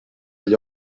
gli